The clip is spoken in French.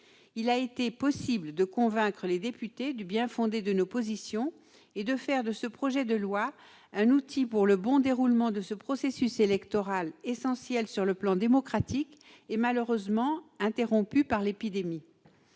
Il a été possible de convaincre les députés du bien-fondé de nos positions et de faire de ce projet de loi un outil au service du bon déroulement d'un processus électoral essentiel sur le plan démocratique, mais malheureusement interrompu par l'épidémie.